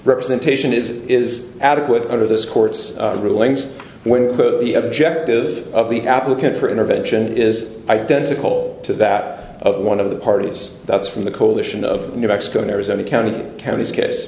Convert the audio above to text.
representation is is adequate under this court's rulings when the objective of the applicant for intervention is identical to that of one of the parties that's from the coalition of new mexico arizona county county's case